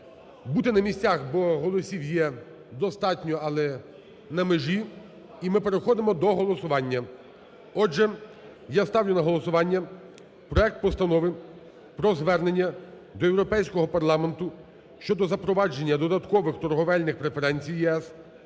бути на місцях, бо голосів є достатньо, але на межі. І ми переходимо до голосування. Отже, я ставлю на голосування проект Постанови про Звернення до Європейського Парламенту щодо запровадження додаткових торговельних преференцій ЄС